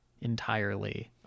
entirely